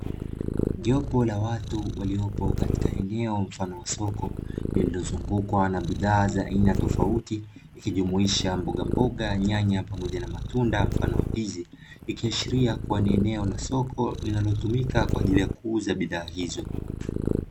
Jopo la watu waliopo katika eneo mfano wa soko, lililozungukwa na bidhaa za aina tofauti, ikijumuisha mboga mboga, nyanya pamoja na matunda kuwa ni eneo la soko linalotumika kwa ajili ya kuuza bidhaa hizo.